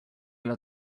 alla